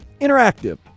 interactive